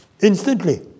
instantly